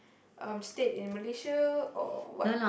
um stayed in Malaysia or what